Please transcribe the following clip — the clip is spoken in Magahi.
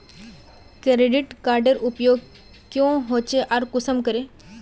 क्रेडिट कार्डेर उपयोग क्याँ होचे आर कुंसम करे?